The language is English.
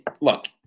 look